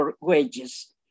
wages